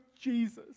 Jesus